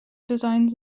designs